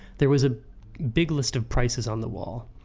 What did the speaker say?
there was a big list of prices on the wall.